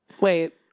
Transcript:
wait